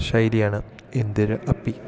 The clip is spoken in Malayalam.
ശൈലിയാണ് എന്തര് അപ്പി